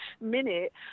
minute